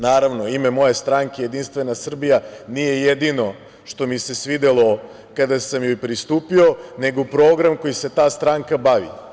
Naravno, ime moje stranke, Jedinstvena Srbija, nije jedino što mi se svidelo kada sam joj pristupio, nego program kojim se ta stranka bavi.